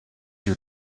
you